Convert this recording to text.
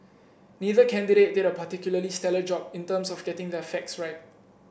neither candidate did a particularly stellar job in terms of getting their facts right